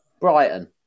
Brighton